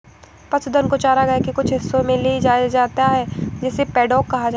पशुधन को चरागाह के कुछ हिस्सों में ले जाया जाता है जिसे पैडॉक कहा जाता है